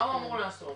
מה הוא אמור לעשות?